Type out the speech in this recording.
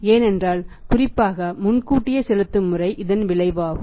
ஏனென்றால் குறிப்பாக முன்கூட்டியே செலுத்தும் முறை இதன் விளைவாகும்